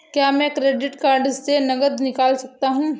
क्या मैं credit card से नकद निकाल सकता हूँ?